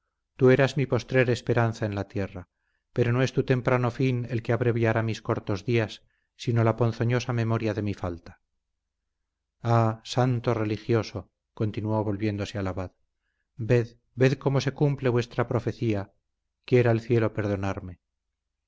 tú eras mi postrer esperanza en la tierra pero no es tu temprano fin el que abreviará mis cortos días sino la ponzoñosa memoria de mi falta ah santo religioso continuó volviéndose al abad ved ved como se cumple vuestra profecía quiera el cielo perdonarme